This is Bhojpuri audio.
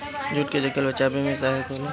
जूट जंगल के बचावे में भी सहायक होला